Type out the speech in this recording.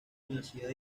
universidad